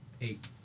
Eight